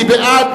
מי בעד?